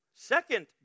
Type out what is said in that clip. second